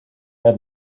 had